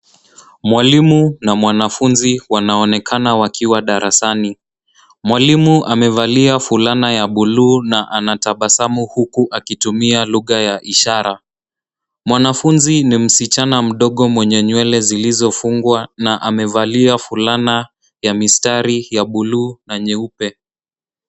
Mwalimu na mwanafunzi wanaonekana wakiwa darasani. Mwalimu amevalia fulana ya bluu na anatabasamu huku akitumia lugha ya ishara. Mwanafunzi ni msichana mdogo mwenye nywele zilozofungwa na amevalia fulana ya mistari ya bluu na nyeupe.